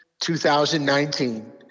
2019